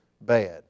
bad